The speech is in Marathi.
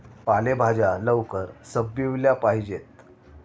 पालेभाज्या लवकर संपविल्या पाहिजेत